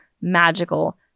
magical